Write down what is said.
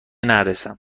نرسم